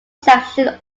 section